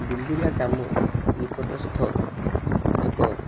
ଡିମ୍ବୁରିଆ ଗ୍ରାମ ନିକଟସ୍ଥ ଏକ